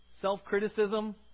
Self-criticism